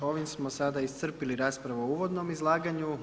Ovime smo sada iscrpili raspravu u uvodnom izlaganju.